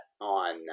on